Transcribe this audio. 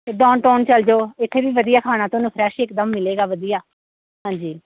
down tone ਚੱਲ ਜਾਓ ਇੱਥੇ ਵੀ ਵਧੀਆ ਖਾਣਾ ਤੁਹਾਨੂੰ ਫਰੈਸ਼ ਇਕਦਮ ਮਿਲੇਗਾ ਵਧੀਆ ਹਾਂਜੀ